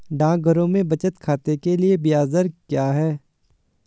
डाकघरों में बचत खाते के लिए ब्याज दर क्या है?